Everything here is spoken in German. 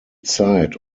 zeit